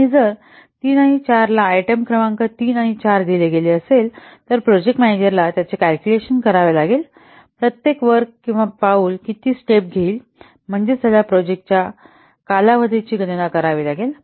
आणि जर 3 आणि 4 ला आयटम क्रमांक 3 आणि 4 दिले गेले असेल तर प्रोजेक्ट मॅनेजरला त्याचे कॅल्कुलशन करावे लागेल प्रत्येक वर्क किंवा पाऊल किती वेळ घेईल म्हणजेच त्याला प्रोजेक्टाच्या कालावधीची गणना करावी लागेल